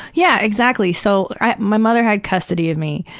yeah, exactly. so my mother had custody of me.